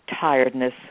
tiredness